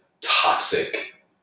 toxic